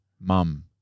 mum